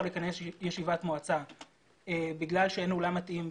לכנס ישיבת מועצה בגלל שאין אולם מתאים,